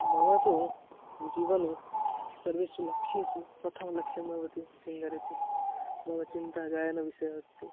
मम तु जीवने सर्वेषु लक्ष्येषु प्रथमलक्ष्यं भवति सिङ्गर् इति मम चिन्ता गायनविषये अस्ति